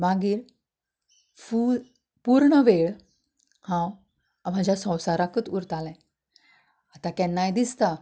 मागीर फूल पुर्ण वेळ हांव म्हाज्या संवसाराकूच उरतालें आतां केन्नाय दिसता